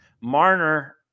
Marner